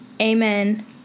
Amen